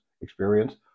experience